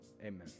Amen